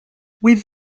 with